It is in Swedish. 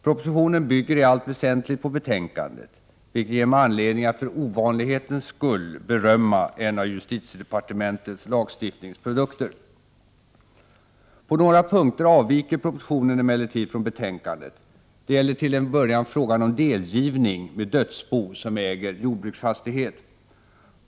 Propositionen bygger i allt väsentligt på betänkandet, vilket ger mig anledning att för ovanlighetens skull berömma en av justitiedepartementets lagstiftningsprodukter. På några punkter avviker propositionen emellertid från betänkandet. Det gäller till en början frågan om delgivning med dödsbo som äger jordbruksfas | tighet.